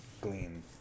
glean